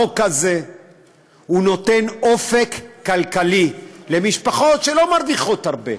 החוק הזה נותן אופק כלכלי למשפחות שלא מרוויחות הרבה,